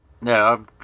No